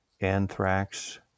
anthrax